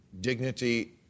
dignity